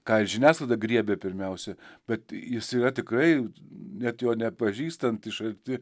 ką žiniasklaida griebia pirmiausia bet jis yra tikrai net jo nepažįstant iš arti